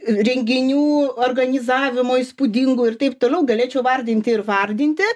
renginių organizavimo įspūdingų ir taip toliau galėčiau vardinti ir vardinti